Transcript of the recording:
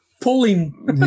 pulling